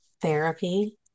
Therapy